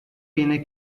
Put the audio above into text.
viene